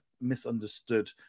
misunderstood